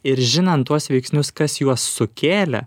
ir žinant tuos veiksnius kas juos sukėlė